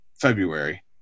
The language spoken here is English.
February